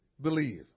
believe